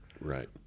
Right